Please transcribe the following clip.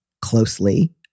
closely